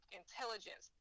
intelligence